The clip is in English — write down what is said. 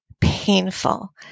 painful